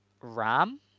Ram